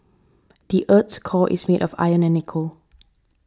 the earth's core is made of iron and nickel